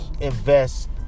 invest